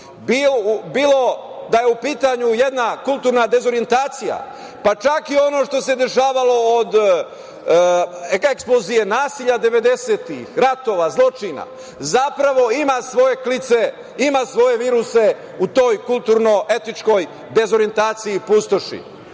bilo da je u pitanju jedna kulturna dezorijentacija, pa čak i ono što se dešavalo od eksplozije nasilja 90-ih, ratova, zločina, zapravo ima svoje klice, ima svoje viruse u toj kulturno-etičkoj dezorijentaciji i pustoši.